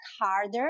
harder